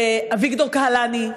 לאביגדור קהלני,